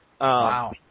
Wow